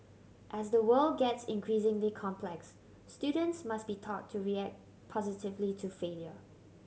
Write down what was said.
as the world gets increasingly complex students must be taught to react positively to failure